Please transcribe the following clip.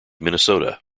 minnesota